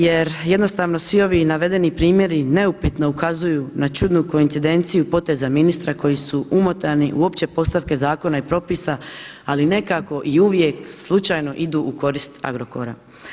Jer jednostavno svi ovi navedeni primjeri neupitno ukazuju na čudnu koincidenciju poteza ministra koji su umotani u opće postavke zakona i propisa, ali nekako i uvijek slučajno idu u korist Agrokora.